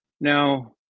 Now